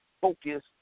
focus